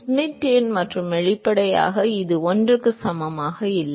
Schmidt எண் மற்றும் வெளிப்படையாக இது 1 க்கு சமமாக இல்லை